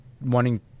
wanting